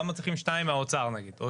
למה צריך שניים מהאוצר נגיד או